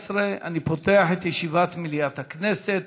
אני פותח את ישיבת מליאת הכנסת.